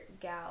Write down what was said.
gal